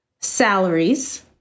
salaries